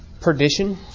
perdition